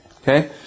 Okay